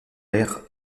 l’air